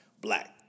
black